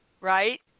right